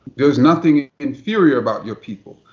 there's nothing inferior about your people.